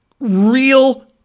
Real